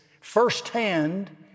firsthand